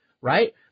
right